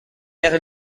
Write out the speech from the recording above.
père